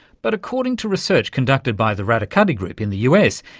but according to research conducted by the radicati group in the us,